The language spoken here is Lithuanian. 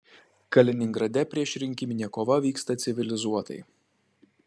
kaliningrade priešrinkiminė kova vyksta civilizuotai